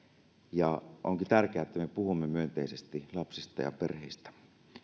ja onkin tärkeää että me puhumme myönteisesti lapsista ja perheistä